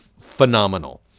phenomenal